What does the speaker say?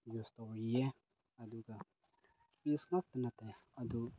use ꯇꯧꯔꯤꯌꯦ ꯑꯗꯨꯒ fridge ꯉꯥꯛꯇ ꯅꯠꯇꯦ ꯑꯗꯨ